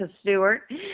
Stewart